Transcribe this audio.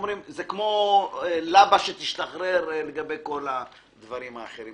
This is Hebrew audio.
זה כמו לבה שתשתחרר לגבי כל הדברים האחרים.